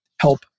help